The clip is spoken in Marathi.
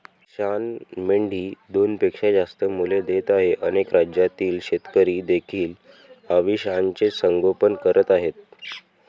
अविशान मेंढी दोनपेक्षा जास्त मुले देत आहे अनेक राज्यातील शेतकरी देखील अविशानचे संगोपन करत आहेत